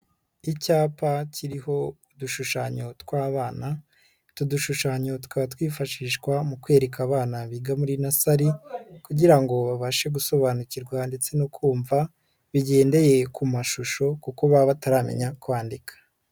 Icyapa kiriho udushushanyo tw'abana, utu dushushanyo tukaba twifashishwa mu kwereka abana biga muri nasari kugira ngo babashe gusobanukirwa ndetse no kumva bigendeye ku mashusho kuko baba bataramenya kwandika.